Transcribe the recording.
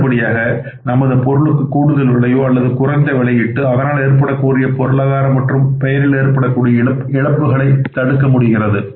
அடுத்தபடியாக நமது பொருளுக்கு கூடுதல் விலையோ அல்லது குறைந்த விளையிட்டு அதனால் ஏற்படக்கூடிய பொருளாதார மற்றும் பெயரில் ஏற்படக்கூடிய இழப்புகளை தடுக்க உதவுகிறது